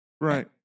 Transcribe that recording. Right